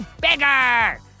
bigger